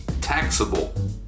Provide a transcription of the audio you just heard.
taxable